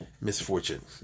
misfortune